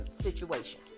situation